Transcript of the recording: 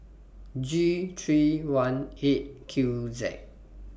G three one eight Q Z